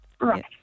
Right